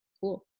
cool.